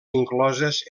incloses